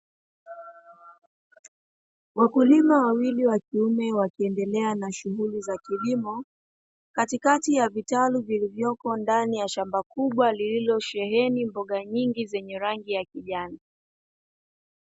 Wakulima wawili wa kiume, wakiendelea na shughuli za kilimo katikati ya vitalu vilivyopo ndani ya shamba kubwa lililosheheni mboga nyingi zenye rangi ya kijani.